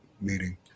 meeting